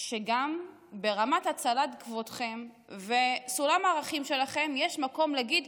שגם ברמת הצלת כבודכם וסולם הערכים שלכם יש מקום להגיד,